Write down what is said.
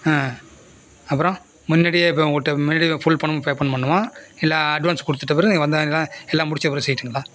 ஆ அப்பறம் முன்னாடியே இப்போ அவங்கள்ட்ட முன்னாடியே ஃபுல் பணமும் பே பண்ணணுமா இல்லை அட்வான்ஸ் கொடுத்துட்டு பிறகு நீங்கள் வந்தால் எல்லாம் முடித்த பிறகு செய்யட்டுங்களா